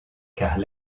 car